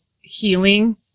healing